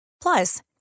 Plus